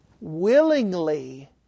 willingly